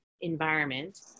environment